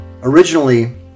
Originally